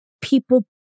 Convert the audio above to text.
people